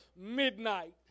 midnight